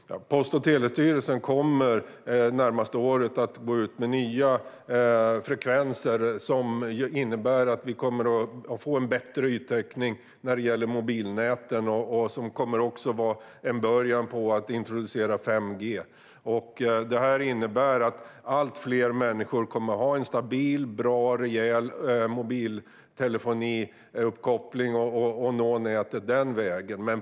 Herr talman! Post och telestyrelsen kommer under det närmaste året att gå ut med nya frekvenser, som innebär att vi kommer att få en bättre yttäckning när det gäller mobilnäten. Det kommer också att vara en början på att introducera 5G. Detta innebär att allt fler människor kommer att ha en stabil, bra och rejäl mobiltelefoniuppkoppling och nå nätet den vägen.